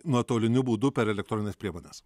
nuotoliniu būdu per elektronines priemones